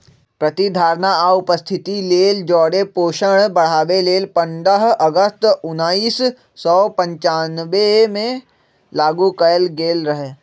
प्रतिधारणा आ उपस्थिति लेल जौरे पोषण बढ़ाबे लेल पंडह अगस्त उनइस सौ पञ्चानबेमें लागू कएल गेल रहै